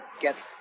get